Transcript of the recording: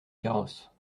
carrosse